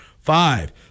five